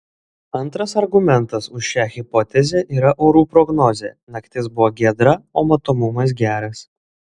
antras argumentas už šią hipotezę yra orų prognozė naktis buvo giedra o matomumas geras